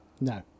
No